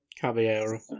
Caballero